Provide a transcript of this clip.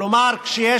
כלומר, כשיש